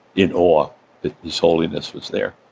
in awe that his holiness was there.